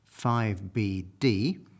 5BD